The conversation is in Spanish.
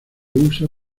usa